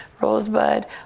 Rosebud